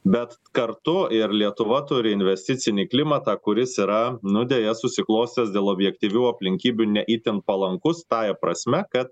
bet kartu ir lietuva turi investicinį klimatą kuris yra nu deja susiklostęs dėl objektyvių aplinkybių ne itin palankus tąja prasme kad